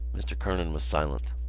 mr. kernan was silent.